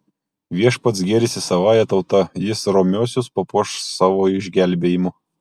viešpats gėrisi savąja tauta jis romiuosius papuoš savo išgelbėjimu